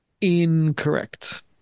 Incorrect